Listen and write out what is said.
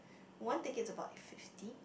one ticket is about fifty